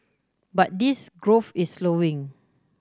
but this growth is slowing